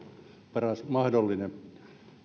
paras mahdollinen